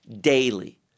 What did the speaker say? daily